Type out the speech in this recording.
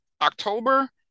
October